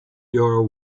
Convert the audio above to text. your